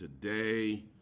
today